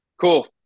cool